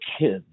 kids